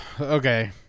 Okay